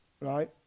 right